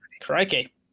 crikey